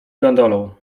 gondolą